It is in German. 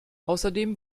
außerdem